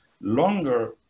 longer